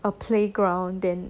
a playground then